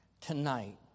tonight